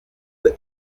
the